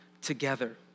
together